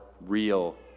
real